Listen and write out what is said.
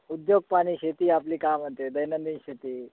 उद्योग पाणी शेती आपली का म्हणते दैनंदिन शेती